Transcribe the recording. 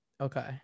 Okay